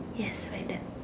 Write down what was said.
yes like that